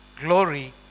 glory